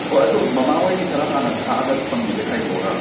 ꯑꯣ ꯑꯗꯣ ꯃꯃꯥ ꯍꯣꯏꯒꯤ ꯈꯔ ꯍꯥꯟꯅ ꯈꯥꯛꯑꯒ ꯊꯝꯃꯁꯦ ꯈꯥꯏꯗꯣꯛꯑꯒ